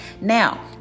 Now